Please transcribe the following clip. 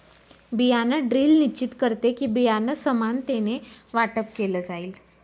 बियाण ड्रिल निश्चित करते कि, बियाणं समानतेने वाटप केलं जाईल